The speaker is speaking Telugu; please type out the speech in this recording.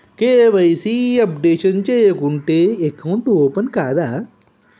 కే.వై.సీ అప్డేషన్ చేయకుంటే అకౌంట్ ఓపెన్ కాదా?